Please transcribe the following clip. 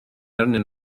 arnyn